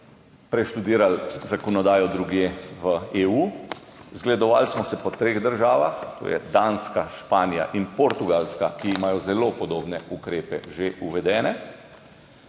preštudirali zakonodajo drugje v EU. Zgledovali smo se po treh državah, to so Danska, Španija in Portugalska, ki imajo zelo podobne ukrepe že uvedene.